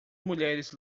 mulheres